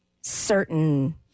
certain